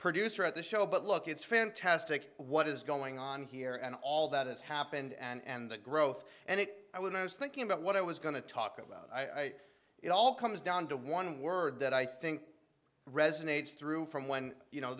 producer at the show but look it's fantastic what is going on here and all that has happened and the growth and it i would i was thinking about what i was going to talk about i it all comes down to one word that i think resonates through from when you know